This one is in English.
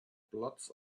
blots